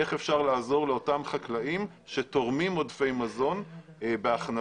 איך אפשר לעזור לאותם חקלאים שתורמים עודפי מזון בהכנסה,